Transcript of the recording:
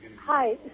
Hi